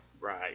Right